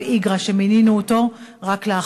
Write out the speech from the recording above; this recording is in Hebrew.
הרב איגרא,